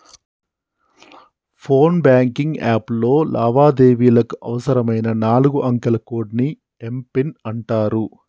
phone banking app లో లావాదేవీలకు అవసరమైన నాలుగు అంకెల కోడ్ని ఏం పిన్ అంటారు